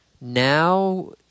Now